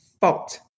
fault